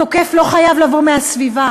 התוקף לא חייב לבוא מהסביבה.